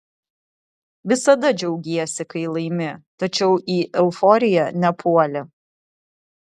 visada džiaugiesi kai laimi tačiau į euforiją nepuoli